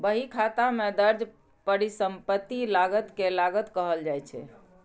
बहीखाता मे दर्ज परिसंपत्ति लागत कें लागत कहल जाइ छै